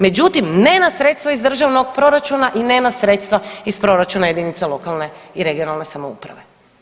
Međutim, ne na sredstva iz državnog proračuna i ne na sredstva iz proračuna jedinica lokalne i regionalne samouprave.